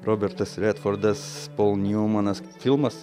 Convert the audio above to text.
robertas redfordas pol niumanas filmas